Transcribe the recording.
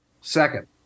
Second